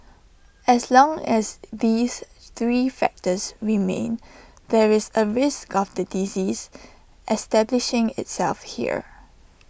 as long as these three factors remain there is A risk of the disease establishing itself here